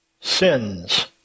sins